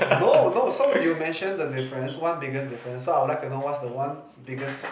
no no so you've mentioned the difference one biggest difference so I would like to know what's the one biggest